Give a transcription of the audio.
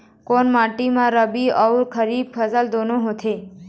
कोन माटी म रबी अऊ खरीफ फसल दूनों होत हे?